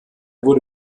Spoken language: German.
wurde